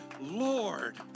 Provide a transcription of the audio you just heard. Lord